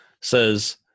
Says